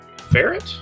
ferret